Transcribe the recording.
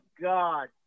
God